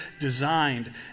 designed